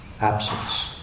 absence